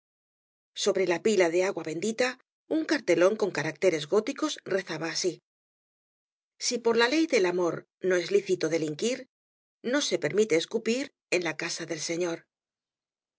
sobre la pila de agua bendita un cartelón con caracteres góticos rezaba así si por la ley del amor no es licito delinquir no se permite escupir en la casa del señor